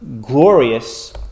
glorious